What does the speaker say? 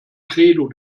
credo